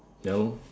ya lor